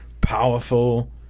powerful